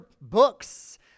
books